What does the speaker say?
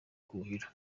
kuhira